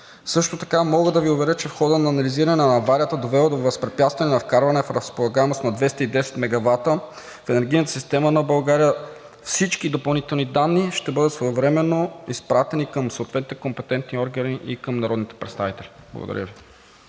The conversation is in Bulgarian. Също така мога да Ви уверя, че в хода на анализиране на аварията, довела до възпрепятстване на вкарване в разполагаемост на 210 мегавата в енергийната система на България, всички допълнителни данни ще бъдат своевременно изпратени към съответните компетентни органи и към народните представители. Благодаря Ви.